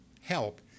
help